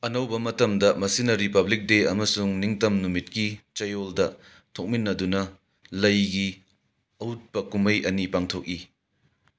ꯑꯅꯧꯕ ꯃꯇꯝꯗ ꯃꯁꯤꯅ ꯔꯤꯄꯕ꯭ꯂꯤꯛ ꯗꯦ ꯑꯃꯁꯨꯡ ꯅꯤꯡꯇꯝ ꯅꯨꯃꯤꯠꯀꯤ ꯆꯌꯣꯜꯗ ꯊꯣꯛꯃꯤꯟꯅꯗꯨꯅ ꯂꯩꯒꯤ ꯑꯎꯠꯄ ꯀꯨꯝꯍꯩ ꯑꯅꯤ ꯄꯥꯡꯊꯣꯛꯏ